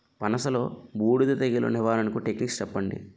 పనస లో బూడిద తెగులు నివారణకు టెక్నిక్స్ చెప్పండి?